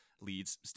leads